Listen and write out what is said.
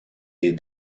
des